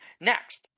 Next